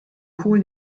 kohl